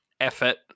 effort